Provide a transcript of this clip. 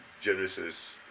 Genesis